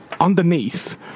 underneath